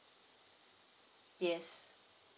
yes